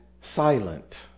silent